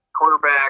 quarterback